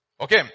Okay